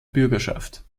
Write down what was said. bürgerschaft